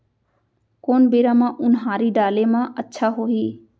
कोन बेरा म उनहारी डाले म अच्छा होही?